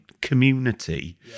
community